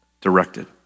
directed